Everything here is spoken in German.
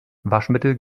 waschmittel